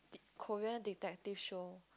Korean detective show